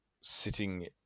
sitting